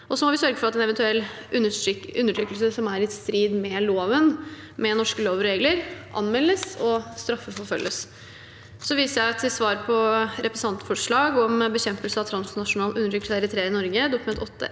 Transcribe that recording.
Så må vi sørge for at en eventuell undertrykkelse som er i strid med norske lover og regler, anmeldes og straffeforfølges. Jeg viser til svar på representantforslag om bekjempelse av transnasjonal undertrykkelse av eritreere i Norge, Dokument